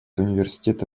университета